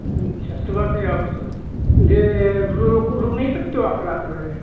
अच्छा सुबह फिर आप सब जे रोक रुक नहीं सकते हो आप रात भर